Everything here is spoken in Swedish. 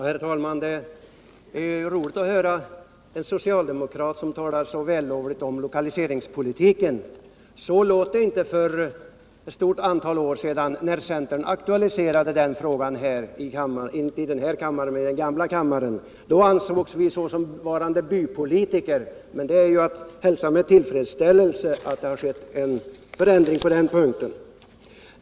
Herr talman! Det är roligt att höra en socialdemokrat som talar så väl om lokaliseringspolitiken. Så lät det inte för ett antal år sedan när centern aktualiserade frågan inte i den här kammaren utan i det gamla riksdagshuset. Då betraktades vi såsom varande bypolitiker. Det är att hälsa med tillfredsställelse att det har skett en förändring i er inställning.